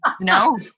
No